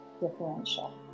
differential